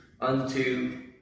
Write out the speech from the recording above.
unto